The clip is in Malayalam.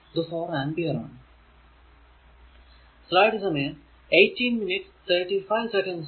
ഇത് 4 ആംപിയർ ആണ്